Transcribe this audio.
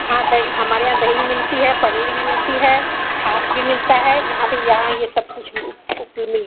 हाँ दही हमारे यहाँ दही भी मिलती है पनीर भी मिलती है छाछ भी मिलता है यहाँ पर यहाँ से सब कुछ उप उप मिल